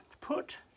Put